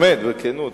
באמת, בכנות.